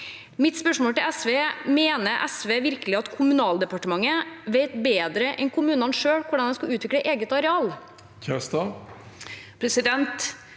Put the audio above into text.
Mitt spørsmål til SV er: Mener SV virkelig at Kommunaldepartementet vet bedre enn kommunene selv hvordan man skal utvikle eget areal?